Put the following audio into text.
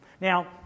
Now